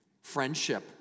Friendship